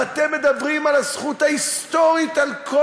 ואתם מדברים על הזכות ההיסטורית על כל